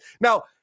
now